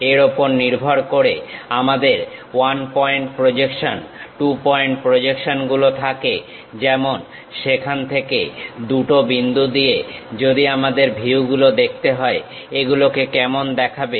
এর উপর নির্ভর করে আমাদের 1 পয়েন্ট প্রজেকশন 2 পয়েন্ট প্রজেকশন গুলো থাকে যেমন সেখান থেকে 2 টো বিন্দু দিয়ে যদি আমাদের ভিউগুলো দেখতে হয় এগুলোকে কেমন দেখাবে